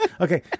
Okay